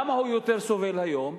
למה הוא סובל היום?